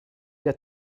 der